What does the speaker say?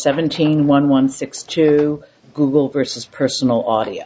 seventeen one one six two google versus personal audio